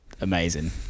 amazing